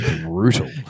brutal